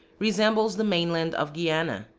resembles the mainland of guiana.